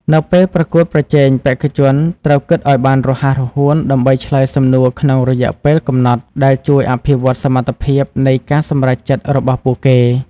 នៅពេលប្រកួតប្រជែងបេក្ខជនត្រូវគិតឲ្យបានរហ័សរហួនដើម្បីឆ្លើយសំណួរក្នុងរយៈពេលកំណត់ ដែលជួយអភិវឌ្ឍន៍សមត្ថភាពនៃការសម្រេចចិត្តរបស់ពួកគេ។